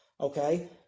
Okay